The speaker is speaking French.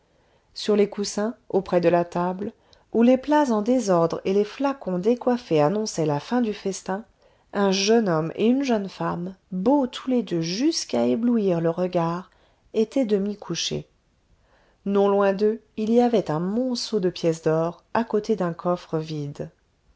sur les coussins auprès de la table où les plats en désordre et les flacons décoiffés annonçaient là fin du festin un jeune homme et une jeune femme beaux tous les deux jusqu'à éblouir le regard étaient demi couchés non loin d'eux il y avait un monceau de pièces d'or à côté d'un coffre vite